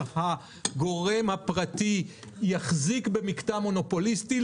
הגורם הפרטי יחזיק במקטע מונופוליסטי,